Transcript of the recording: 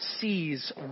sees